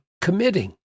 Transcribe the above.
committing